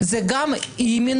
אלא זה גם אי-מינויים,